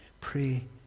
pray